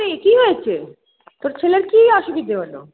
এই কি হয়েছে তোর ছেলের কি অসুবিধে হলো